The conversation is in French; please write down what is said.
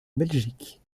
belgique